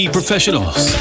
Professionals